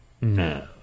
No